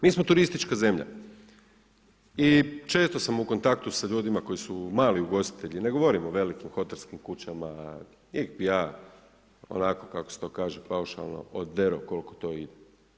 Mi smo turistička zemlja i često sam u kontaktu sa ljudima koji su mali ugostitelji, ne govorim o velikim hotelskim kućama, njih bih ja, onako kako se to kaže paušalno oderao koliko to ide.